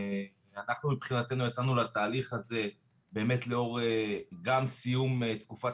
אנחנו מבחינתנו יצאנו לתהליך הזה באמת לאור קדם סיום תקופת